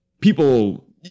people